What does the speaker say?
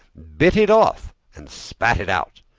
bit it off and spat it out.